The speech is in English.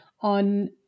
on